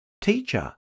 Teacher